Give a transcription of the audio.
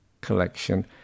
collection